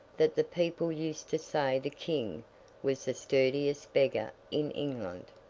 that the people used to say the king was the sturdiest beggar in england.